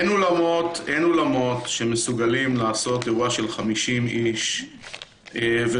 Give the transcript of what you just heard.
אין אולמות שמסוגלים לעשות אירוע של 50 איש ולהרוויח.